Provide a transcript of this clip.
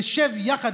נשב יחד,